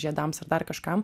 žiedams ar dar kažkam